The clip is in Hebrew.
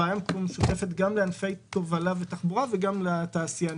הבעיה פה משותפת גם לענפי תובלה ותחבורה וגם לתעשיינים.